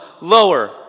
lower